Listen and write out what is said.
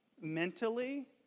mentally